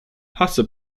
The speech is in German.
hasse